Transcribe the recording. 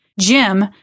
Jim